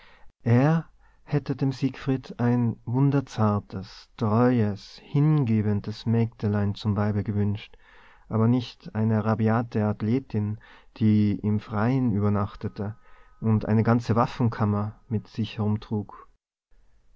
er hätte dem siegfried ein wunderzartes treues hingebendes mägdelein zum weibe gewünscht aber nicht eine rabiate athletin die im freien übernachtete und eine ganze waffenkammer mit sich